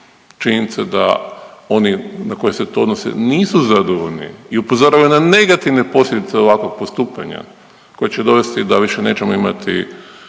činjenica da oni na koje se to odnosi nisu zadovoljni i upozoravaju na negativne posljedice ovakvog postupanja koje će dovesti da više nećemo imati